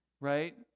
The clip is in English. right